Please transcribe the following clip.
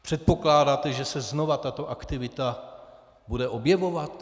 Předpokládáte, že se znova tato aktivita bude objevovat?